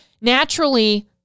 naturally